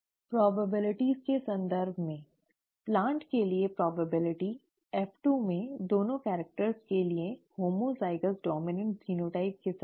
संभावनाओं के संदर्भ में प्लांट के लिए संभावना F2 में दोनों कैरेक्टर्स के लिए होमोज़ाइगस डॉम्इनॅन्ट जीनोटाइप के साथ